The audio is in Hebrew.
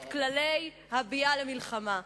את כללי הביאה למלחמה.